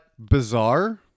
Bizarre